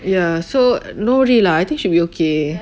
ya so no worry lah I think should be okay